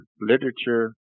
literature